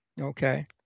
Okay